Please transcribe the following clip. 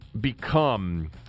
become –